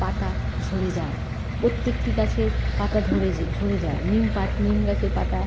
পাতা ঝরে যায় প্রত্যেকটি গাছের পাতা ধরে ঝরে যায় নিম পাত নিম গাছের পাতা